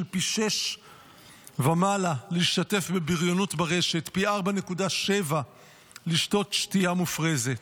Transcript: פי 6 ומעלה להשתתף בבריונות ברשת ופי 4.7 לשתות שתייה מופרזת.